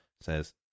says